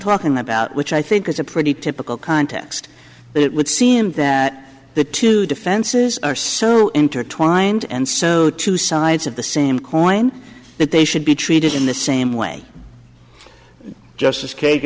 talking about which i think is a pretty typical context it would seem that the two defenses are so intertwined and so two sides of the same coin that they should be treated in the same way justice